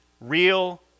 real